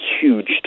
huge